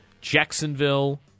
Jacksonville